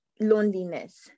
loneliness